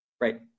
right